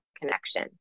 connection